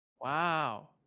Wow